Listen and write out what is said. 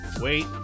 wait